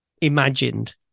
imagined